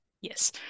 Yes